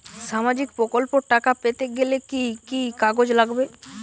সামাজিক প্রকল্পর টাকা পেতে গেলে কি কি কাগজ লাগবে?